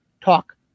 talk